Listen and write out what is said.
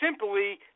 simply